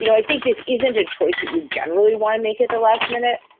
you know i think this isn't a choice that you generally want to make at the last minute.